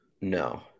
No